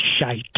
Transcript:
shite